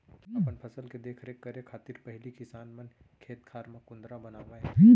अपन फसल के देख रेख करे खातिर पहिली किसान मन खेत खार म कुंदरा बनावय